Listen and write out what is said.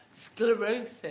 sclerosis